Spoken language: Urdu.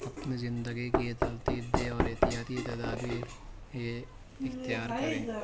اپنی زندگی کی یہ ترتیب دے اور احتیاطی تدابیر یہ اختیار کرے